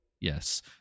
Yes